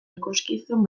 ikuskizun